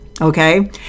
okay